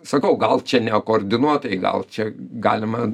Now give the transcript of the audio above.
sakau gal čia nekoordinuotai gal čia galima